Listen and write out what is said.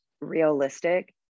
realistic